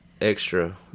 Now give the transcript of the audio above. extra